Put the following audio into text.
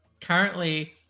currently